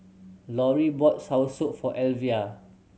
Laurie bought soursop for Elvia